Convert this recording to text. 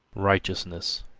righteousness,